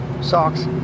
socks